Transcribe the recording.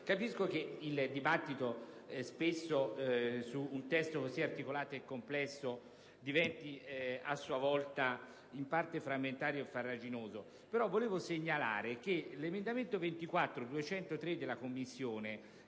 capisco che spesso il dibattito su un testo così articolato e complesso diventi a sua volta in parte frammentario, in parte farraginoso. Volevo però segnalare che l'emendamento 24.203 della Commissione,